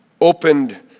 opened